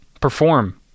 perform